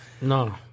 no